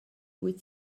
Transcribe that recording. wyt